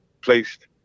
placed